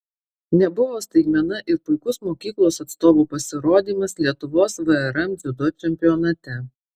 nebuvo staigmena ir puikus mokyklos atstovų pasirodymas lietuvos vrm dziudo čempionate